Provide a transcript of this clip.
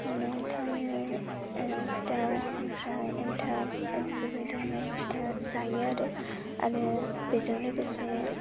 मा होनो थावनि सिथाव ओमफ्राय एनथाब बेफोरबायदिनो फिथा जायो आरो आरो बेजों लोगोसे